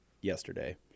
yesterday